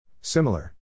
Similar